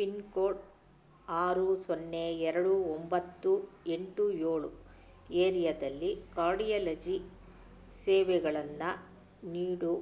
pin code ಆರು ಸೊನ್ನೆ ಎರಡು ಒಂಬತ್ತು ಎಂಟು ಏಳು ಏರಿಯದಲ್ಲಿ ಕಾರ್ಡಿಯಲಜಿ ಸೇವೆಗಳನ್ನು ನೀಡೋ